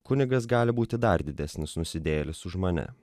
kunigas gali būti dar didesnis nusidėjėlis už mane